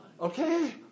Okay